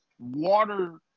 water